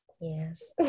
yes